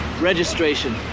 Registration